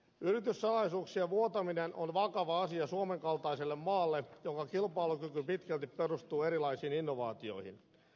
yrityssalaisuuksien vuotaminen on vakava asia suomen kaltaiselle maalle jonka kilpailukyky pitkälti perustuu erilaisiin innovaatioihin